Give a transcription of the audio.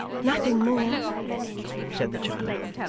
nothing more said the child.